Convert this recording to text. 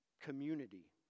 community